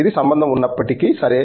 ఇది సంబంధం ఉన్నప్పటికీ సరే